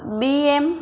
B M